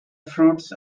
fruits